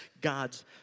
God's